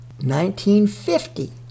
1950